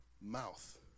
mouth